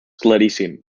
claríssim